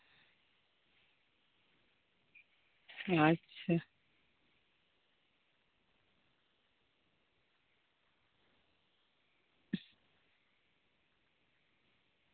ᱟᱪᱪᱷᱟ